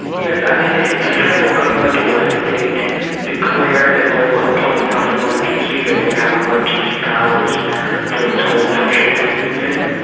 yes. i mean, if the federal government or state declared ebola a public health emergency, they would have emergency powers for what's called social distancing.